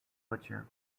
butcher